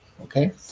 okay